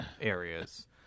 areas